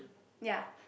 ya